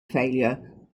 failure